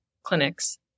Clinics